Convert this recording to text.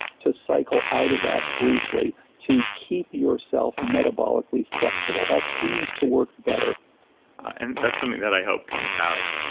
to cycle out of that briefly, to keep yourself metabolically flexible. that seems to work better and that's something that i hope comes out.